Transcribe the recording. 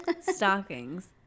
Stockings